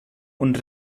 und